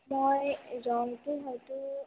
মই ৰংটো হয়তো